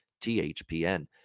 THPN